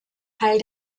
teil